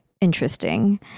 interesting